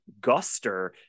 Guster